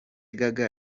gaga